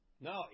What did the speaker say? No